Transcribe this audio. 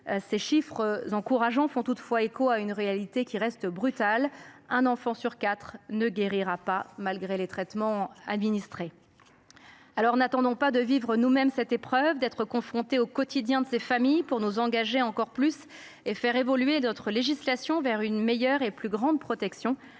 Ces chiffres encourageants font toutefois écho à une réalité brutale : un sur quatre ne guérira pas, malgré les traitements administrés. N’attendons pas de vivre nous mêmes cette épreuve et d’être confrontés au quotidien de ces familles pour nous engager plus avant et faire évoluer notre législation vers une meilleure protection.